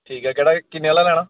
ठीक ऐ किन्ने आह्ला लैना